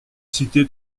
cité